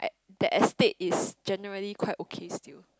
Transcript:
that estate is generally quite okay still